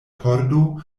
pordo